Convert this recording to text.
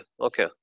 Okay